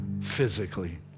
physically